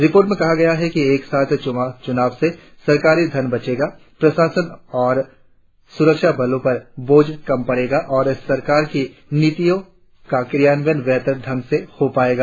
report में कहा गया है कि एक साथ चुनाव से सरकारी धन बचेगा प्रशासन तथा सुरक्षा बलों पर बोझ कम पड़ेगा और सरकार की नीतियों का क्रियान्वयन बेहतर ढंग से हो सकेगा